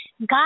God